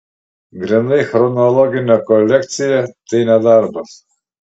grynai chronologinė kolekcija tai ne darbas